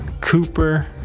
Cooper